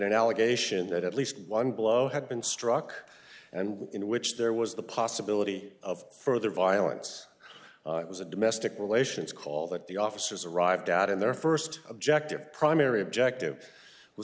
an allegation that at least one blow had been struck and in which there was the possibility of further violence it was a domestic relations call that the officers arrived at in their first objective primary objective was